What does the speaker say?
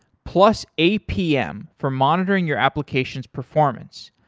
plus, apm for monitoring your application's performance.